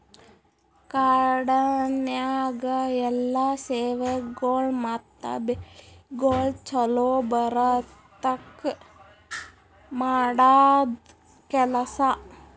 ಕಾಡನ್ಯಾಗ ಎಲ್ಲಾ ಸೇವೆಗೊಳ್ ಮತ್ತ ಬೆಳಿಗೊಳ್ ಛಲೋ ಬರದ್ಕ ಮಾಡದ್ ಕೆಲಸ